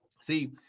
see